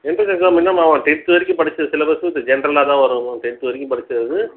entrance exam என்ன ma'am அவன் tenth வரைக்கும் படித்த சிலபஸ்ஸு ஜென்ரலாக தான் வரும் டென்த்து வரைக்கும் படித்தது